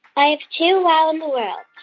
i have two wow in the worlds.